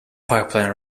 pipeline